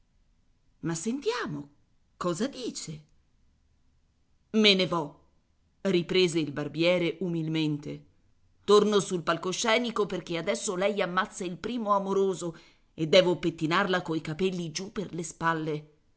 ma sentiamo cosa dice me ne vo riprese il barbiere umilmente torno sul palcoscenico perché adesso lei ammazza il primo amoroso e devo pettinarla coi capelli giù per le spalle